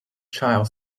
child